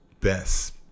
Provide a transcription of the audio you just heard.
best